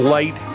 Light